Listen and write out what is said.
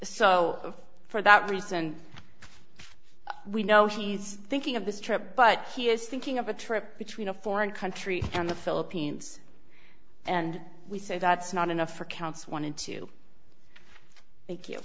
so for that reason we know he's thinking of this trip but he is thinking of a trip between a foreign country and the philippines and we say that's not enough for counts wanted to thank you